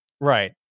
Right